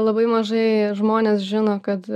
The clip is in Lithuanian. labai mažai žmonės žino kad